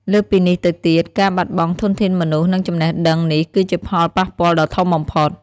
លើសពីនេះទៅទៀត ការបាត់បង់ធនធានមនុស្ស និងចំណេះដឹងនេះគឺជាផលប៉ះពាល់ដ៏ធំបំផុត។